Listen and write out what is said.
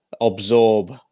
absorb